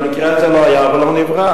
כי המקרה הזה לא היה ולא נברא.